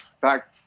back